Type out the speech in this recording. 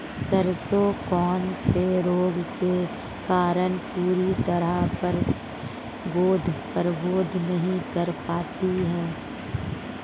सरसों कौन से रोग के कारण पूरी तरह ग्रोथ नहीं कर पाती है?